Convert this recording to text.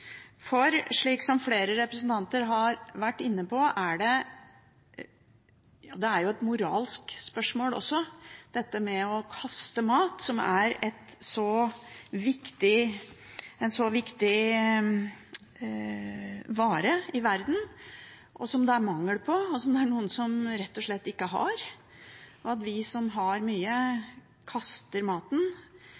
for å få på plass ordninger som gjør at man i praksis får ned kastingen av mat. Slik flere representanter har vært inne på, er det å kaste mat også et moralsk spørsmål – mat, som er en så viktig vare i verden, som det er mangel på, og som noen rett og slett ikke har. At vi som har mye, kaster